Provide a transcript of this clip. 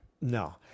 No